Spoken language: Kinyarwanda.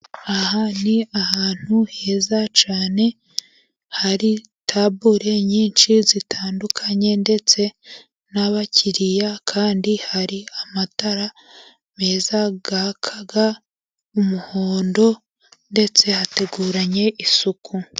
Aha ni ahantu heza cyane, hari tabure nyinshi zitandukanye ndetse n'abakiriya, kandi hari amatara meza yaka umuhondo ndetse hateguranye isuku.